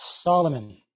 Solomon